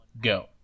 go